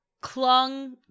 clung